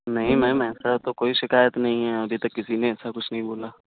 نہیں میم ایسا تو کوئی شکایت نہیں ہے ابھی تک کسی نے ایسا کچھ نہیں بولا